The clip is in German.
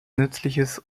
nützliches